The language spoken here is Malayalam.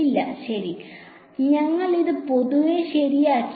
ഇല്ല ശരി ഞങ്ങൾ അത് പൊതുവെ ശരിയാക്കി